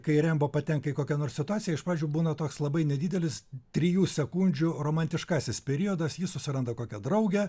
kai rembo patenka į kokią nors situaciją iš pradžių būna toks labai nedidelis trijų sekundžių romantiškasis periodas jis susiranda kokią draugę